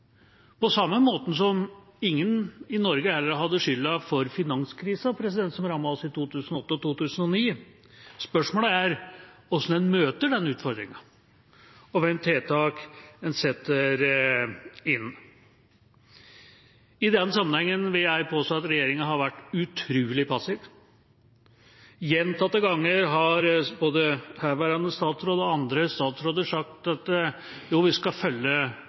på samme måte som ingen i Norge heller hadde skylda for finanskrisen, som rammet oss i 2008 og 2009. Spørsmålet er hvordan en møter denne utfordringen, og hvilke tiltak en setter inn. I denne sammenhengen vil jeg påstå at regjeringa har vært utrolig passiv. Gjentatte ganger har både herværende statsråd og andre statsråder sagt at vi skal følge